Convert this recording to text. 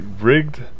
rigged